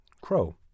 crow